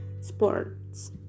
sports